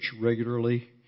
regularly